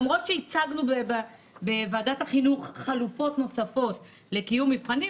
למרות שהצגנו בוועדת החינוך חלופות נוספות לקיום מבחנים,